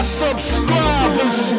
subscribers